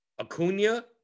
Acuna